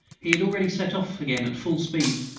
he had already set off again at full speed,